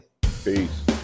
peace